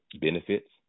benefits